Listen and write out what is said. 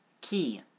key